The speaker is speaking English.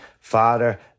father